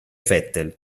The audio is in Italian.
vettel